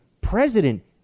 president